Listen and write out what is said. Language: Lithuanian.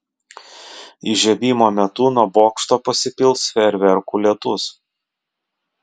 įžiebimo metu nuo bokšto pasipils fejerverkų lietus